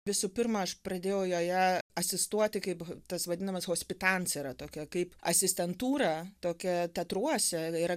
visų pirma aš pradėjau joje asistuoti kaip tas vadinamas hospitancerė tokia kaip asistentūra tokia teatruose yra